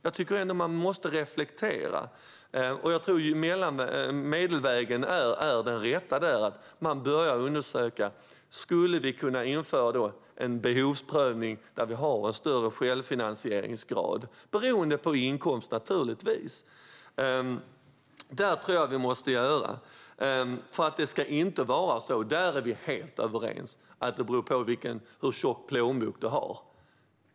Jag tycker att man måste reflektera över detta. Jag tror att en medelväg är den rätta vägen genom att man börjar undersöka om vi kan införa en behovsprövning med högre självfinansieringsgrad, naturligtvis beroende på inkomst. Jag tror att vi måste göra detta. Vi är dock helt överens om att det inte ska bero på hur tjock plånbok man har.